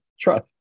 trust